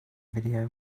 video